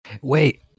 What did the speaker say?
wait